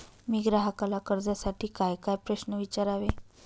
मी ग्राहकाला कर्जासाठी कायकाय प्रश्न विचारावे?